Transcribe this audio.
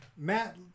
Matt